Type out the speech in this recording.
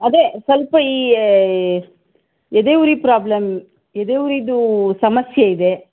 ಅದೇ ಸ್ವಲ್ಪ ಈ ಎದೆ ಉರಿ ಪ್ರಾಬ್ಲಮ್ ಎದೆ ಉರೀದು ಸಮಸ್ಯೆ ಇದೆ